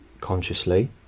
consciously